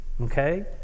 okay